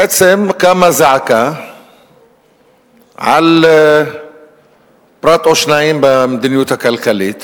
בעצם קמה זעקה על פרט או שניים במדיניות הכלכלית,